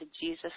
Jesus